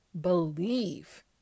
believe